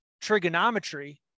trigonometry